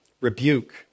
rebuke